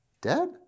dead